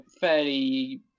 fairly